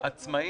לעצמאי.